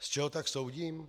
Z čeho tak soudím?